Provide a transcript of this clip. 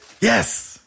Yes